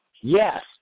yes